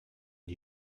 die